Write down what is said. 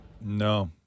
No